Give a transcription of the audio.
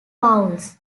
pauls